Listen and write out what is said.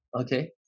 okay